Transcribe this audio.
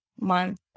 month